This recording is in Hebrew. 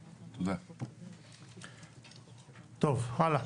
טוב, הלאה.